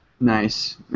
nice